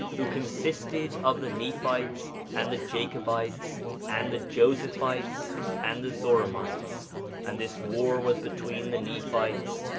who consisted of the nephites and the jacobites and the josephites and the zoramites and this war was between the nephites,